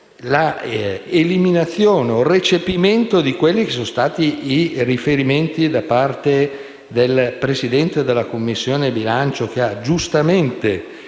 l'eliminazione o il recepimento di quelli che sono stati i riferimenti del Presidente della Commissione bilancio, che ha giustamente